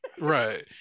Right